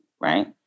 Right